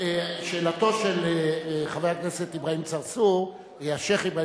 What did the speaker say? שאלתו של חבר הכנסת אברהים צרצור היתה